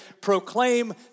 proclaim